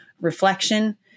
reflection